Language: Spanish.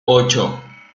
ocho